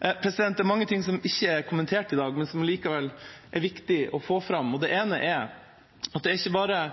Det er mange ting som ikke er kommentert i dag, men som likevel er viktig å få fram. Det ene er at det er ikke bare